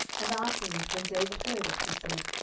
and afterward when david heard it, he said,